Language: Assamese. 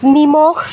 নিমখ